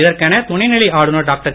இதற்கென துணைநிலை ஆளுனர் டாக்டர்